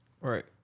Right